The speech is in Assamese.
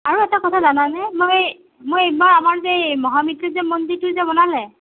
আৰু এটা কথা জানানে মই মই এইবাৰ আমাৰ যে মহামৃত্যুঞ্জয় মন্দিৰটো যে বনালে